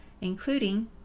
including